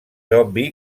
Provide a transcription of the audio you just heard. obvi